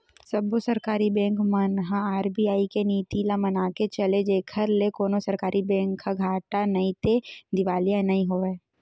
सब्बो सरकारी बेंक मन ह आर.बी.आई के नीति ल मनाके चले जेखर ले कोनो सरकारी बेंक ह घाटा नइते दिवालिया नइ होवय